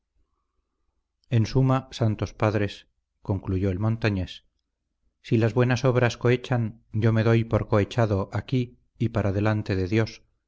en suma santos padres concluyó el montañés si las buenas obras cohechan yo me doy por cohechado aquí y para delante de dios